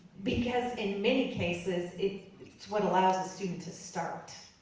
because in many cases, it's it's what allows a student to start.